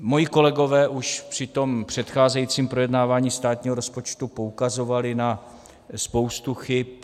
Moji kolegové už při tom předcházejícím projednávání státního rozpočtu poukazovali na spoustu chyb.